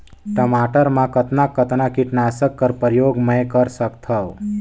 टमाटर म कतना कतना कीटनाशक कर प्रयोग मै कर सकथव?